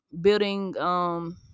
building